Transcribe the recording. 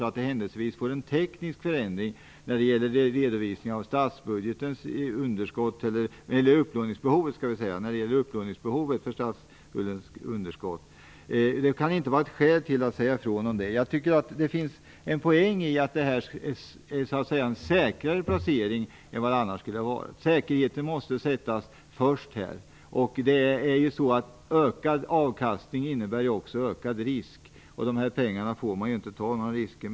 Att det händelsevis uppstår en teknisk förändring när det gäller behovet av upplåning till statsbudgetens underskott får inte var ett skäl att inte välja den vägen. Jag tycker att det finns en poäng i att det blir en säkrare placering än det annars skulle ha varit. Säkerheten måste sättas främst här. Ökad avkastning innebär också ökad risk, och med dessa pengar får man inte ta några risker.